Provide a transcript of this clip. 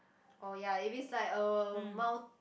oh ya if it's like a mou~